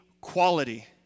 quality